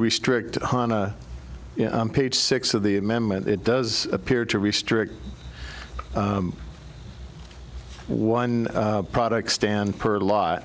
restrict on a page six of the amendment it does appear to restrict one product stand per law